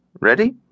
Ready